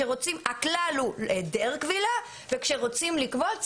הכלל הוא היעדר כבילה וכשרוצים לכבול,